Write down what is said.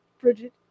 Bridget